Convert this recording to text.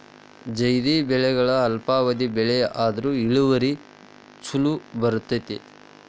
ಝೈದ್ ಬೆಳೆಗಳು ಅಲ್ಪಾವಧಿ ಬೆಳೆ ಆದ್ರು ಇಳುವರಿ ಚುಲೋ ಬರ್ತೈತಿ